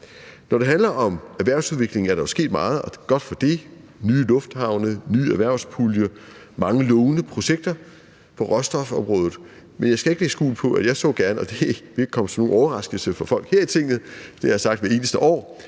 Når det handler om erhvervsudvikling, er der jo sket meget, og godt for det: nye lufthavne, ny erhvervspulje, mange lovende projekter på råstofområdet. Men jeg skal ikke lægge skjul på, at jeg gerne så, og det vil ikke komme som nogen overraskelse for folk her i Tinget – det har jeg sagt hvert eneste år